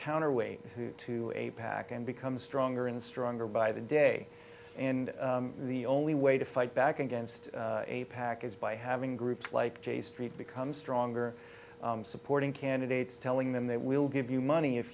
counterweight to a pack and become stronger and stronger by the day and the only way to fight back against a pack is by having groups like j street become stronger supporting candidates telling them they will give you money if